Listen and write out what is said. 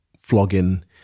flogging